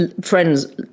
friends